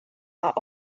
are